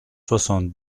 soixante